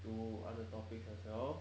读 other topics as well